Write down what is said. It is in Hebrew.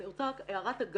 אני רוצה רק הערה אגב,